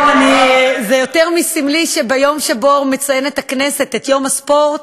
זה יותר מסמלי שביום שהכנסת מציינת את יום הספורט,